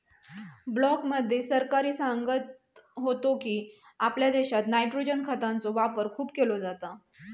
ब्लॉकमध्ये अधिकारी सांगत होतो की, आपल्या देशात नायट्रोजन खतांचो वापर खूप केलो जाता